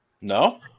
No